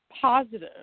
positive